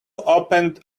opened